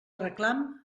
reclam